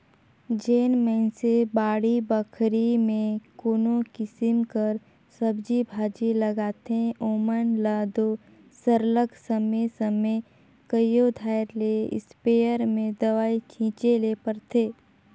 जेन मइनसे बाड़ी बखरी में कोनो किसिम कर सब्जी भाजी लगाथें ओमन ल दो सरलग समे समे कइयो धाएर ले इस्पेयर में दवई छींचे ले परथे